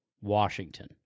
Washington